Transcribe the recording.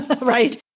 right